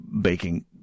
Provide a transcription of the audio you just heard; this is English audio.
baking